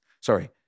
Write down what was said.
Sorry